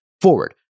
forward